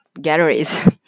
galleries